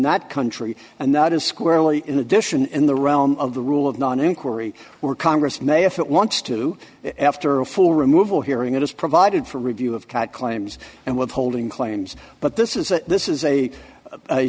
that country and that is squarely in addition in the realm of the rule of non inquiry were congress may if it wants to after a full removal hearing it is provided for review of cat claims and withholding claims but this is a this is a